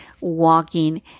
walking